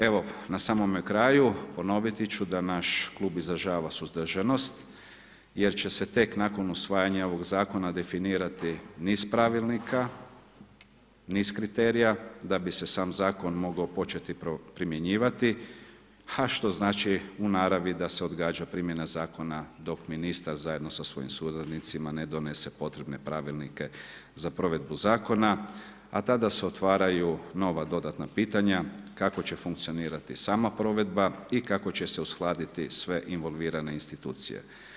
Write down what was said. Evo na samome kraju, ponoviti ću da naš klub izražava suzdržanost jer će se tek nakon usvajanja ovog zakona definirati niz pravilnika, niz kriterija da bi se sam zakon mogao početi primjenjivati, ha što znači u naravi da se odgađa primjena zakona dok ministar zajedno sa svojim suradnicima ne donese potrebne pravilnike za provedbu zakona, a tada se otvaraju nova dodatna pitanja kako će funkcionirati sama provedba i kako će se uskladiti sve involvirane institucije.